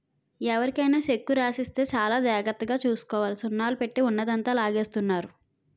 ఎవరికైనా చెక్కు రాసి ఇస్తే చాలా జాగ్రత్తగా చూసుకోవాలి సున్నాలు పెట్టి ఉన్నదంతా లాగేస్తున్నారు